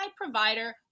provider